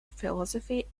philosophy